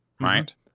Right